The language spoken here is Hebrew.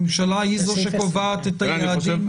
הממשלה היא זאת שקובעת את היעדים.